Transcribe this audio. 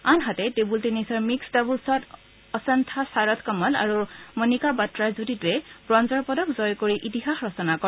আনহাতে টেবুল টেনিছৰ মিক্সড ডাবলছত অচন্তা শাৰথ কমল আৰু মণিকা বাট্টাৰ যুটীটোৱে ৱ্ৰঞ্জৰ পদক জয় কৰি ইতিহাস ৰচনা কৰে